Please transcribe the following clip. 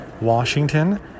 Washington